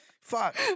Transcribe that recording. Fuck